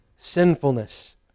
sinfulness